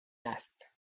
است